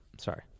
Sorry